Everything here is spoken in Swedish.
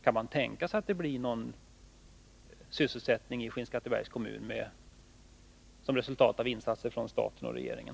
Kan man tänka sig att det blir någon sysselsättning i Skinnskatteberg som resultat av insatser från staten och regeringen?